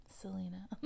Selena